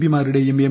പിമാരുടെയും M